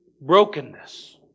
brokenness